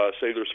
sailors